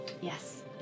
Yes